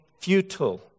futile